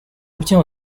obtient